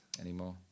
anymore